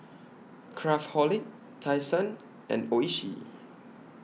Craftholic Tai Sun and Oishi